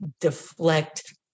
deflect